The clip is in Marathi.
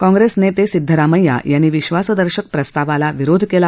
काँग्रेस नेते सिदधरामय्या यांनी विश्वासदर्शक प्रस्तावाला विरोध केला